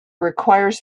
requires